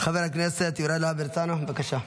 חבר הכנסת יוראי להב הרצנו, בבקשה.